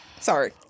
Sorry